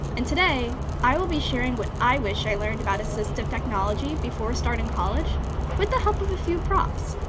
and today, i will be sharing what i wish i learned about assistive technology before starting college with the help of a few props.